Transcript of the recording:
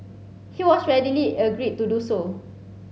he has readily agreed to do so